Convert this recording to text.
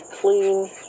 clean